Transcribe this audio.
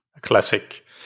Classic